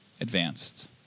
advanced